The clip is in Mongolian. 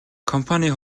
компанийн